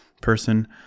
person